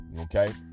Okay